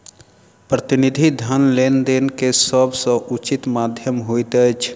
प्रतिनिधि धन लेन देन के सभ सॅ उचित माध्यम होइत अछि